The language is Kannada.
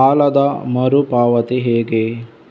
ಸಾಲದ ಮರು ಪಾವತಿ ಹೇಗೆ?